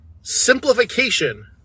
simplification